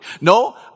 No